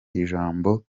ijambo